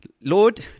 Lord